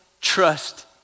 trust